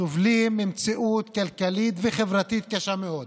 סובלים ממציאות כלכלית וחברתית קשה מאוד,